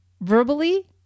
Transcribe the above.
verbally